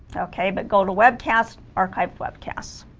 okay but go to webcast archived webcasts